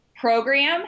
program